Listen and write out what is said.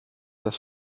das